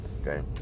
okay